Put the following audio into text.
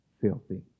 filthy